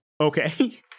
Okay